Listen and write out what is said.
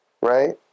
Right